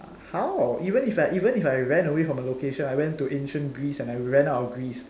how even if I even if I ran away from a location I went to ancient Greece and I ran out of Greece